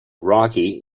rocky